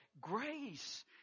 grace